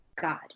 God